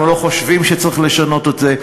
אנחנו לא חושבים שצריך לשנות את זה,